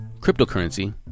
cryptocurrency